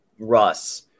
Russ